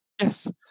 yes